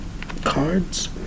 cards